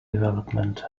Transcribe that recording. development